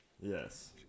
yes